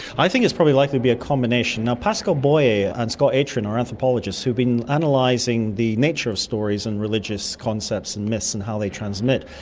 i think it's probably likely to be a combination. now pascal boyer and scott atran are anthropologists who've been analysing the nature of stories and religious concepts and myths and how they transmit.